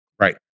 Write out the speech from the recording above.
Right